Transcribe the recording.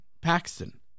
Paxton